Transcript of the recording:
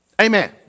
Amen